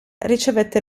ricevette